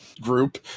group